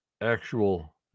actual